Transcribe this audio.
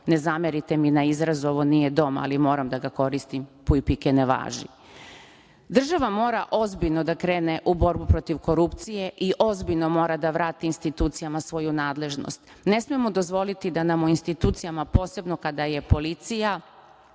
ne zamerite mi na izrazu, ovo nije dom, ali moram da ga koristim - puj pike ne važi. Država mora ozbiljno da krene u borbu protiv korupcije i ozbiljno mora da vrati institucijama svoju nadležnost. Ne smemo dozvoliti da nam u institucijama, posebno kada je policija,